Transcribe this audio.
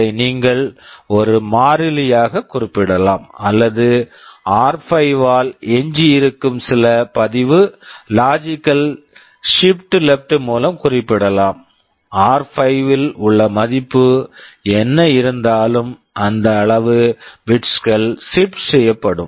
இதை நீங்கள் ஒரு மாறிலியாகக் குறிப்பிடலாம் அல்லது ஆர்5 r5 ஆல் எஞ்சியிருக்கும் சில பதிவு logical shift left logical shift left மூலம் குறிப்பிடலாம் ஆர்5 r5 ல் உள்ள மதிப்பு என்ன இருந்தாலும் அந்த அளவு பிட்ஸ் bits கள் ஷிப்ட் shift செய்யப்படும்